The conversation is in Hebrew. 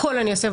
הכול אני אעשה,